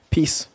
Peace